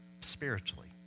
spiritually